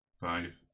Five